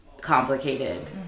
complicated